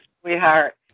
sweetheart